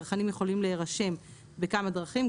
צרכנים יכולים להירשם בכמה דרכים,